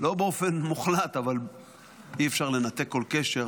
לא באופן מוחלט, אבל אי-אפשר לנתק כל קשר,